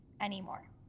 anymore